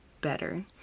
better